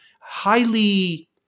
highly